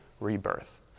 rebirth